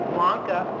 Blanca